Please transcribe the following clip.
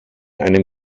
einem